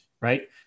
right